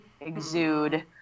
exude